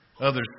Others